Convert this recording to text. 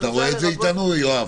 אתה רואה את זה איתנו, יואב?